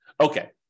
Okay